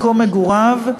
מקום מגוריו,